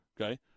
Okay